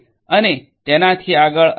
અને તેનાથી આગળ અને આગળ